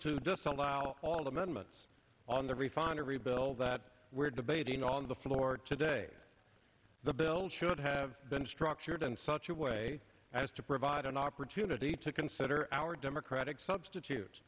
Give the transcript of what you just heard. to disallow all amendments on the refinery bill that we're debating on the floor today the bill should have been structured in such a way as to provide an opportunity to sitter our democratic substitute